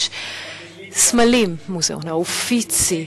יש סמלים: מוזיאון ה"אופיצי",